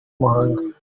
muhanga